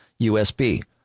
USB